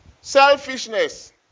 Selfishness